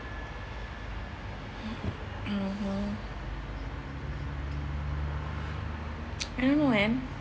mmhmm I don't know man